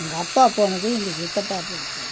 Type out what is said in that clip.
எங்கள் அப்பா போனதும் எங்கள் சித்தப்பா படைச்சார்